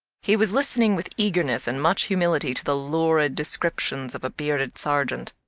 he was listening with eagerness and much humility to the lurid descriptions of a bearded sergeant.